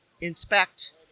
inspect